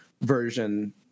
version